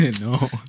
No